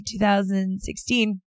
2016